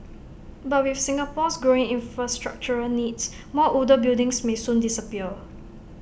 but with Singapore's growing infrastructural needs more older buildings may soon disappear